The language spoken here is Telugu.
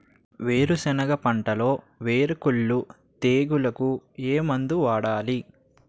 వేరుసెనగ పంటలో వేరుకుళ్ళు తెగులుకు ఏ మందు వాడాలి?